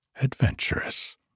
adventurous